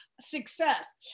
Success